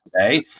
today